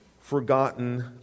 forgotten